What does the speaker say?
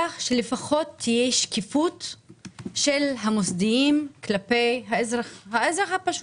שלפחות תהיה שקיפות של המוסדיים כלפי האזרח הפשוט.